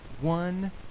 one